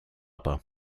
pas